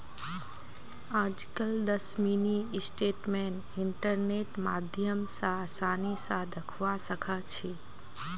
आजकल दस mini statement इन्टरनेटेर माध्यम स आसानी स दखवा सखा छी